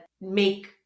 make